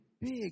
big